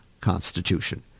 Constitution